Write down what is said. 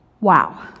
Wow